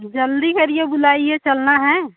जल्दी करिए बुलाइए चलना है